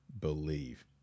believe